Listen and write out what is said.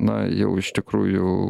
na jau iš tikrųjų